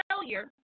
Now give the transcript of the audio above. failure